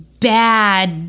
bad